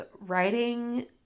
writing